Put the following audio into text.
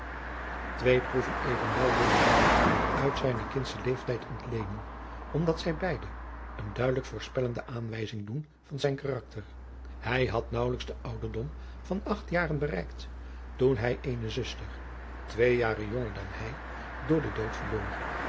twee proeven evenwel willen wij uit zijnen kindschen leeftijd ontleenen omdat zij beide eene duidelijk voorspellende aanwijzing doen van zijn karakter hij had naauwelijks den ouderdom van acht jaren bereikt toen hij eene zuster twee jaren jonger dan hij door den dood verloor